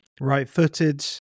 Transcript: Right-footed